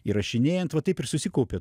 įrašinėjant va taip ir susikaupė